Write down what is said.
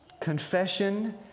Confession